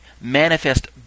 manifest